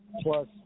Plus